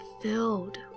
filled